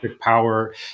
power